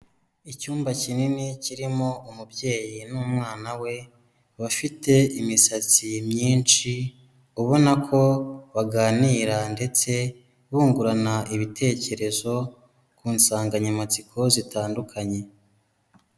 Icyumba kinini kirimo umubyeyi n'umwana we bafite imisatsi myinshi, ubona ko baganira ndetse bungurana ibitekerezo ku nsanganyamatsiko zitandukanye.